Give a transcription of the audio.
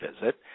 visit